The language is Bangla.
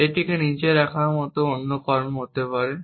এবং একটি নিচে রাখা মত অন্য কর্ম হতে পারে